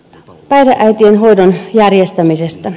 päihdeäitien hoidon järjestämisestä